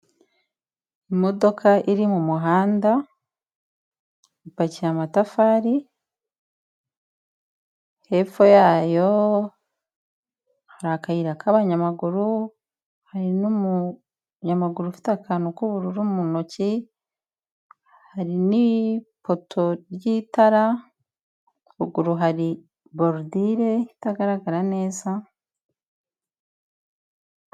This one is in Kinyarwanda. Imodoka iri mu muhanda, ipakiye amatafari, hepfo yayo hari akayira k'abanyamaguru, hari n'umuyamaguru ufite akantu k'ubururu mu ntoki, hari n'ipoto ry'itara, ruguru hari borudile itagaragara neza.